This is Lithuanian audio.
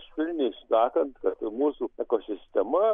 švelniai sakant kad mūsų ekosistema